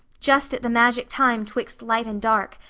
just at the magic time twixt light and dark,